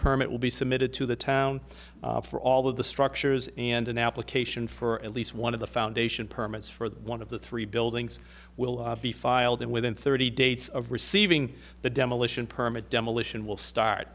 permit will be submitted to the town for all of the structures and an application for at least one of the foundation permits for one of the three buildings will be filed in within thirty days of receiving the demolition permit demolition will